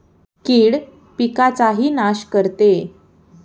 कीड पिकाचाही नाश करते